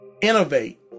innovate